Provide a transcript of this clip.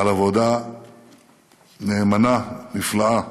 על עבודה נאמנה, נפלאה,